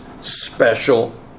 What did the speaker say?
special